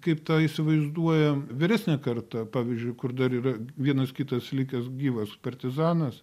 kaip tą įsivaizduoja vyresnė karta pavyzdžiui kur dar yra vienas kitas likęs gyvas partizanas